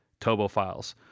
Tobofiles